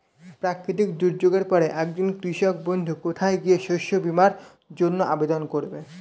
প্রাকৃতিক দুর্যোগের পরে একজন কৃষক বন্ধু কোথায় গিয়ে শস্য বীমার জন্য আবেদন করবে?